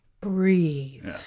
breathe